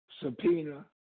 Subpoena